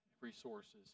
resources